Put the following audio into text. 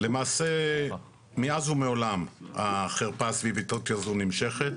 למעשה מאז ומעולם החרפה הסביבתית הזו נמשכת.